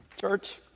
church